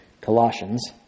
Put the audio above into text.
Colossians